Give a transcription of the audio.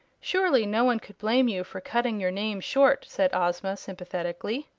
surely no one could blame you for cutting your name short, said ozma, sympathetically.